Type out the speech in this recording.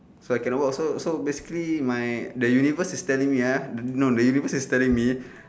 so I cannot work also so basically my the universe is telling me ah no the universe is telling me